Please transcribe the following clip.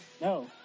No